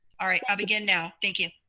all right, i'll begin now, thank you.